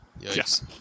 Yes